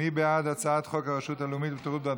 מי בעד הצעת חוק הרשות הלאומית לבטיחות בדרכים?